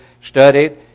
studied